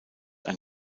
ein